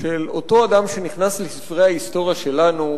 של אותו אדם שנכנס לספרי ההיסטוריה שלנו,